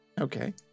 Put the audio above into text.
Okay